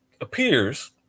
appears